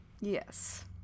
yes